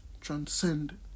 transcend